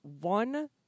one